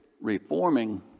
reforming